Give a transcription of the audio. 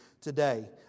today